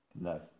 no